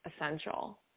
essential